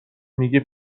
میگه